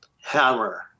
hammer